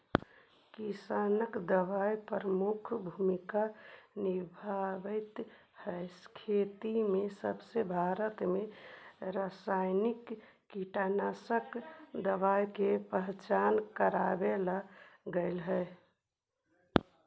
कीटनाशक दवाई प्रमुख भूमिका निभावाईत हई खेती में जबसे भारत में रसायनिक कीटनाशक दवाई के पहचान करावल गयल हे